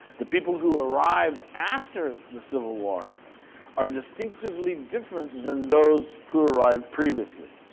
the people who arrived after the civil war are distinctively different than those who arrived previously